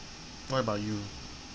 what about you